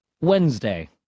Wednesday